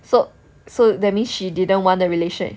so so that means she didn't want the relation~